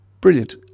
Brilliant